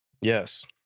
Yes